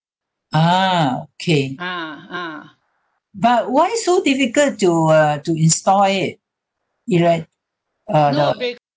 ah okay but why so difficult to uh to install it is it uh the